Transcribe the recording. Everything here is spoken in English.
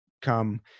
Come